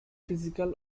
physical